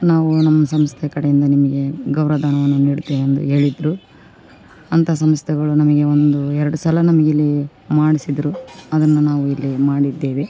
ನಾವು ನಮ್ಮ ಸಂಸ್ಥೆ ಕಡೆಯಿಂದ ನಿಮಗೆ ಗೌರವ ಧನವನ್ನು ನೀಡ್ತೇವೆ ಎಂದು ಹೇಳಿದರು ಅಂತ ಸಂಸ್ಥೆಗಳು ನಮಗೆ ಒಂದು ಎರಡು ಸಲ ನಮಗಿಲ್ಲಿ ಮಾಡಿಸಿದ್ರು ಅದನ್ನು ನಾವು ಇಲ್ಲಿ ಮಾಡಿದ್ದೇವೆ